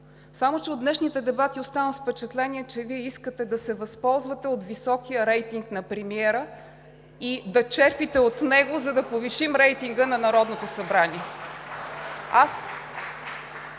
Само че от днешните дебати останах с впечатление, че Вие искате да се възползвате от високия рейтинг на премиера и да черпите от него, за да повишим рейтинга на Народното събрание.